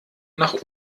nach